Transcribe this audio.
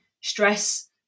stress